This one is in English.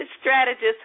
strategist